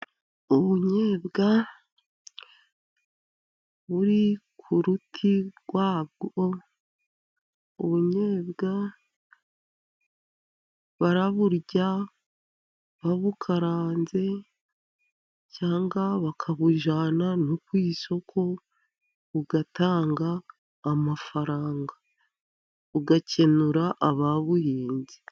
Ubunyobwa buri ku ruti rwabwo. Ubunyobwa baraburya babukaranze, cyangwa bakabujyana nko ku isoko bugatanga amafaranga, bugakenura ababuhinze.